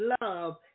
love